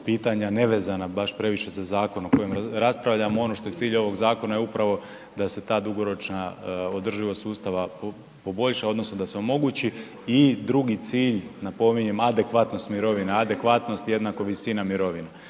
pitanja nevezana baš previše za zakon o kojem raspravljamo, ono što je cilj ovog zakona je upravo da se ta dugoročna održivost sustava poboljša odnosno da se omogući i drugi cilj napominjem, adekvatnost mirovina, adekvatnost jednako visina mirovine.